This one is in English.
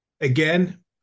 again